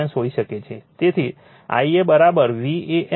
તેથી Ia VAN ZA